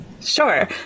Sure